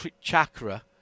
chakra